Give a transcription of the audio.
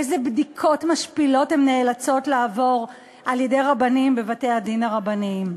איזה בדיקות משפילות הם נאלצים לעבור על-ידי רבנים בבתי-הדין הרבניים?